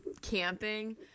camping